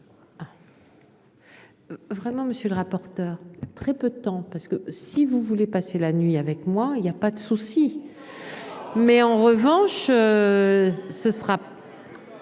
Vraiment, monsieur le rapporteur, très peu de temps, parce que si vous voulez passer la nuit avec moi, il y a pas de souci. Mais en revanche, ce sera.